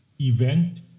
event